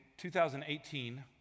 2018